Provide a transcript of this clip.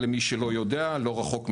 למי שלא יודע, תמר 1 הוקמה לא רחוק מחיפה,